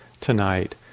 tonight